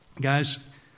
Guys